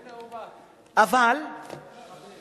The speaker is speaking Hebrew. הנה הוא בא, שר הפנים בא.